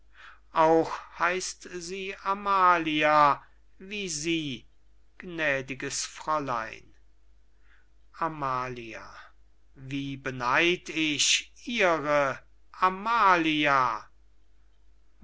auch heißt sie amalia wie sie gnädiges fräulein amalia wie beneid ich ihre amalia